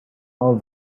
all